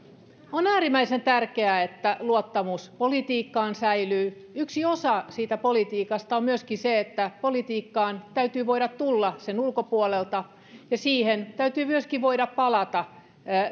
on äärimmäisen tärkeää että luottamus politiikkaan säilyy yksi osa politiikasta on myöskin se että politiikkaan täytyy voida tulla sen ulkopuolelta ja sinne täytyy myöskin voida palata